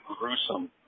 gruesome